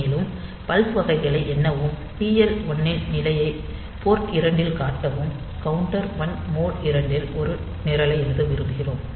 மேலும் பல்ஸ் வகைகளை எண்ணவும் TL 1 இன் நிலையை போர்ட் 2 இல் காட்டவும் கவுண்டர் 1 மோட் 2 இல் ஒரு நிரலை எழுத விரும்புகிறோம்